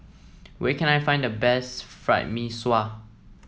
where can I find the best Fried Mee Sua